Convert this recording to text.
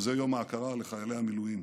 וזה יום ההוקרה לחיילי המילואים.